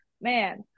man